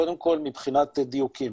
קודם כל מבחינת דיוקים,